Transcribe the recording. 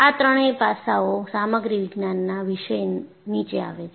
આ ત્રણેય પાસાઓ સામગ્રી વિજ્ઞાનના વિષય નીચે આવે છે